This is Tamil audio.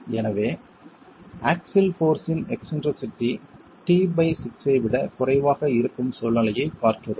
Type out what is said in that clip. எனவே ஆக்ஸில் போர்ஸ் இன் எக்ஸ்ன்ட்ரிசிட்டி t6 ஐ விட குறைவாக இருக்கும் சூழ்நிலையைப் பார்க்கிறோம்